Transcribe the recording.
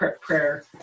prayer